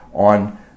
on